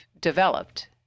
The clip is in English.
developed